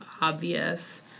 obvious